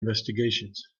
investigations